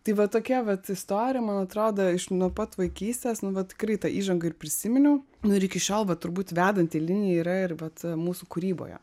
tai va tokia vat istorija man atrodo iš nuo pat vaikystės nu vat tikrai tą įžangą ir prisiminiau nu ir iki šiol va turbūt vedanti linija yra ir vat mūsų kūryboje